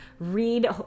read